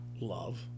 Love